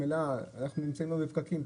אנחנו נמצאים היום בפקקים,